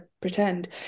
pretend